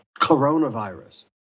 coronavirus